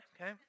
okay